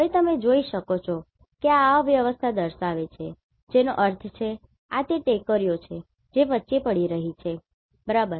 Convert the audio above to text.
હવે તમે જોઈ શકો છો કે આ આ અવ્યવસ્થા દર્શાવે છે જેનો અર્થ છે આ તે ટેકરીઓ છે જે વચ્ચે પડી રહી છે બરાબર